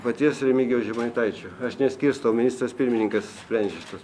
paties remigijaus žemaitaičio aš neskirstau ministras pirmininkas sprendžia šitus